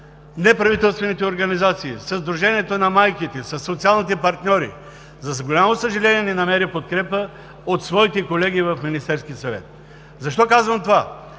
неправителствените организации, със Сдружението на майките, със социалните партньори. За голямо съжаление, не намери подкрепа от своите колеги в Министерския съвет. Защо казвам това?